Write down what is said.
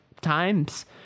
times